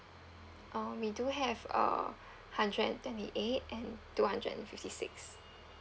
uh we do have uh hundred and twenty eight and two hundred and fifty six